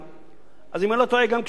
גם כשהם קונים את הדירה הם לא משלמים